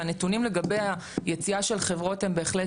והנתונים לגבי היציאה של חברות הם בהחלט